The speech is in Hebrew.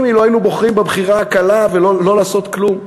אילו היינו בוחרים את הבחירה הקלה לא לעשות כלום,